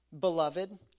beloved